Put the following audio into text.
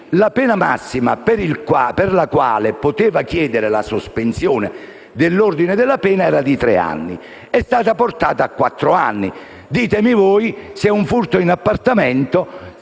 la pena massima per la quale poteva chiedere la sospensione dell'ordine di esecuzione della pena era di tre anni. Ora è stata portata a quattro anni: ditemi voi se per un furto in appartamento